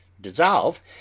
dissolve